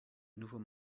nouveaux